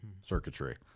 circuitry